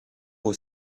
aux